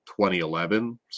2011